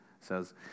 says